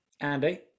Andy